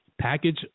Package